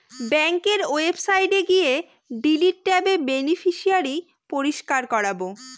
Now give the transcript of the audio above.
ব্যাঙ্কের ওয়েবসাইটে গিয়ে ডিলিট ট্যাবে বেনিফিশিয়ারি পরিষ্কার করাবো